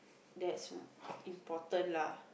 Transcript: that's important lah